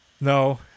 no